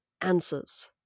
answers